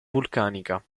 vulcanica